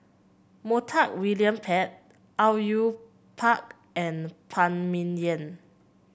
Montague William Pett Au Yue Pak and Phan Ming Yen